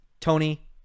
Tony